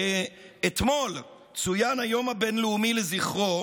שאתמול צוין היום הבין-לאומי לזכרו,